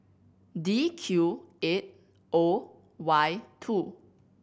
D Q eight O Y two